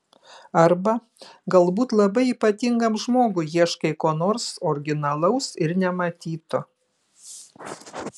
arba galbūt labai ypatingam žmogui ieškai ko nors originalaus ir nematyto